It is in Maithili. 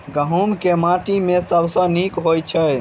गहूम केँ माटि मे सबसँ नीक होइत छै?